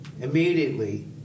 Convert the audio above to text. immediately